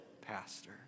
pastor